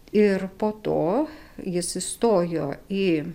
ir po to jis įstojo į